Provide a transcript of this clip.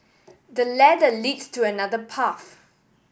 the ladder leads to another path